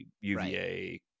UVA